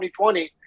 2020